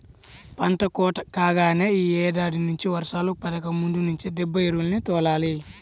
పంట కోత కాగానే యీ ఏడాది నుంచి వర్షాలు పడకముందు నుంచే దిబ్బ ఎరువుల్ని తోలాలి